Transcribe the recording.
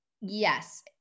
Yes